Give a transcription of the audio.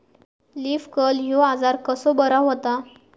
Leaf curl ह्यो आजार कसो बरो व्हता?